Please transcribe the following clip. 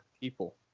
people